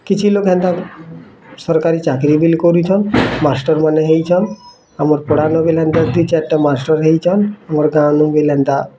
କିଛି ଲୋଗ୍ ହେନ୍ତା ସରକାରୀ ଚାକିରି ବେଲେ କରୁଛନ୍ ମାଷ୍ଟର୍ମାନେ ହୋଇଛନ୍ ଆମର୍ ପଢ଼ାନୁ ବିଲେ ହେନ୍ତା ଦୁଇ ଚାର୍ଟା ମାଷ୍ଟର୍ମାନେ ହୋଇଛନ୍ ଆମର୍ ଗାଁନୁ ବେଲେ ଏନ୍ତା